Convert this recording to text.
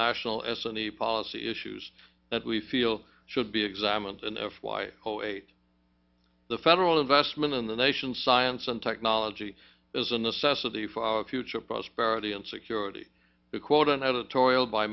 the policy issues that we feel should be examined and f y o eight the federal investment in the nation science and technology is a necessity for our future prosperity and security quote an editorial by